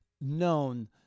known